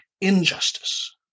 injustice